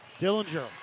Dillinger